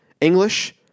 English